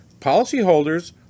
policyholders